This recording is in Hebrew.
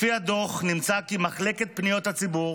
לפי הדוח, נמצא כי מחלקת פניות הציבור